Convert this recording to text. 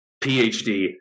PhD